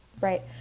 Right